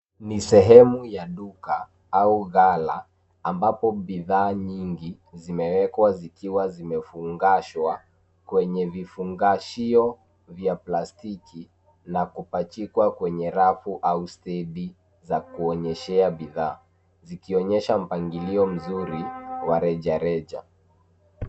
Nisehemu ya duka au ghala ambapo bidhaa nyingi zimewekwa, zikiwa zimefungashwa kwenye vifungashio vya plastiki na kupachikwa kwenye rafu au seli za kuonyeshea bidhaa, zikionyesha mpangilio mzuri wa reja reja."